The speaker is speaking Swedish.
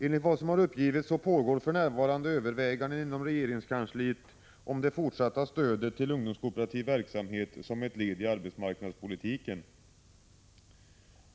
Enligt vad som uppgivits pågår för närvarande överväganden inom regeringskansliet om det fortsatta stödet till ungdomskooperativ verksamhet som ett led i arbetsmarknadspolitiken.